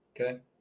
Okay